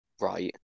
right